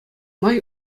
май